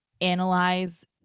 analyze